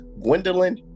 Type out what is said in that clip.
Gwendolyn